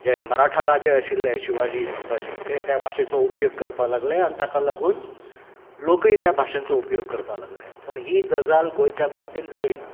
मराठा राजा आशिल्ले शिवाजी संभाजी ते त्या भाशेचो उपयोग करपाक लागले आनी ताका लागून लोकूय त्या भाशेंचो उपयोग करपाक लागले पूण ही गजाल गोंयच्या बाबतींत जाली ना